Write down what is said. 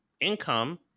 income